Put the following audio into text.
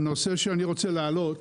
הנושא שאני רוצה להעלות